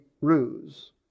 ruse